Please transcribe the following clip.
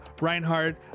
Reinhardt